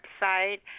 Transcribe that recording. website